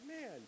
man